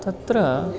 तत्र